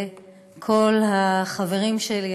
וכל החברים שלי,